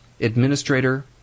administrator